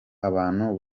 abantu